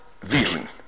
vision